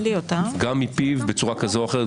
גם מפיו בצורה כזאת או אחרת,